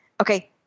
okay